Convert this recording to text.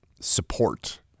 support